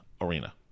Arena